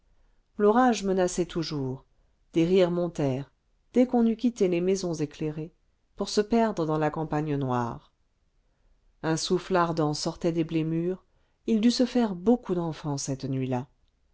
l'orage menaçait toujours des rires montèrent dès qu'on eut quitté les maisons éclairées pour se perdre dans la campagne noire un souffle ardent sortait des blés mûrs il dut se faire beaucoup d'enfants cette nuit-là